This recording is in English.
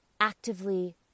actively